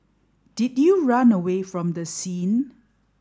did you run away from the scene